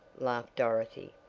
laughed dorothy,